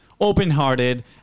open-hearted